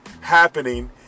happening